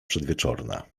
przedwieczorna